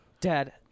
Dad